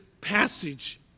passage